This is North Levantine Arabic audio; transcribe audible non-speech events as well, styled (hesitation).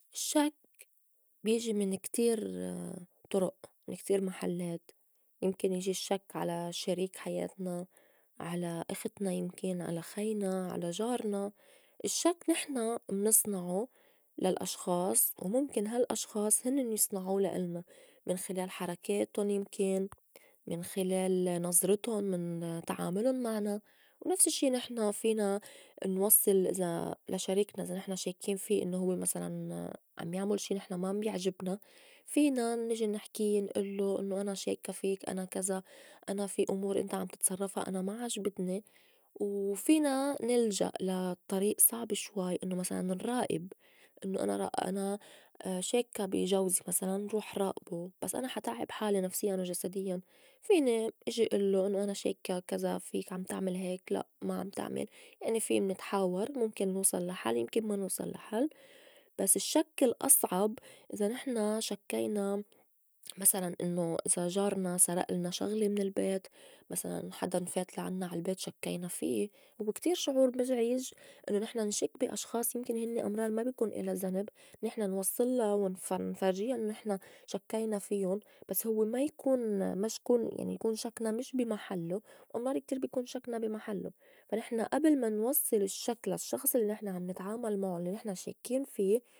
الشّك بيجي من كتير (hesitation) طُرُئ من كتير محلّات يمكن يجي الشّك على شريك حياتنا، على اختنا يمكن، على خينا، على جارنا، الشّك نحن منصنعو للأشخاص ومُمكن هالأشخاص هنّن يصنعو لا إلنا من خلال حركاتُن يمكن، من خِلال نظرتُن، من تعاملُن معنا، ونفس الشّي نحن فينا نوصّل إذا لا شريكنا إذا نحن شاكّين في إنّو هوّ مسلاً عم يعمُل شي نحن ما عم يعجبنا فينا نجي نحكي نئلّو إنّو أنا شاكّة فيك أنا كزا أنا في أمور إنت عم تتصرّفا أنا ما عجبتني، وفينا نلجأ لا طريئ صعب شوي إنّو مسلاً نراقب إنّو أنا- أنا شاكّة بي جوزي مسلاً روح رائبو بس أنا حا تعّب حالي نفسيّاً وجسديّاً فيني إجي إلّو إنّو أنا شاكّة كزا فيك عم تعمل هيك لأ ما عم تعمل يعني في منتحاور مُمكن نوصل لا حل يمكن ما نوصل لحل، بس الشّك الأصعب إذا نحن شكّينا مسلاً إنّو إذا جارنا سرئلنا شغلة من البيت مسلاً حداً فات لعنّا عالبيت شكّينا في هوّ كتير شعور مُزعج إنّو نحن نشك بي أشخاص يمكن هنّي (noise) أمرار ما بكون إلا زنب نحن نوصلّا ونف- ونفرجيا إنّو نحن شكّينا فيُن بس هوّ ما يكون مش كون يعني يكون شكنا مش بي محلّو أمرار كتير بي كون شكنا بي محلّو فا نحن أبل ما نوصّل الشّك للشّخص الّي نحن عم نتعامل معو الّي نحن شاكّين في.